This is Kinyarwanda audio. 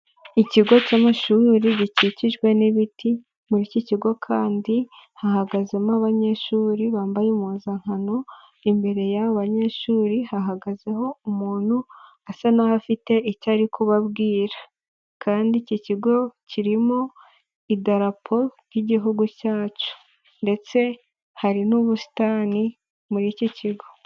Ikigo cy'amashuri gikikijwe n'ibiti muri iki kigo kandi hahagazemo abanyeshuri bambaye impuzankano, imbere y'aba banyeshuri hahagazeho umuntu asa naho afite icyo ari kubabwira kandi iki kigo kirimo idarapo ry'igihugu cyacu ndetse hari n'ubusitani muri iki kigo.